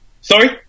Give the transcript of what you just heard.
Sorry